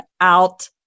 out